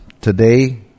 today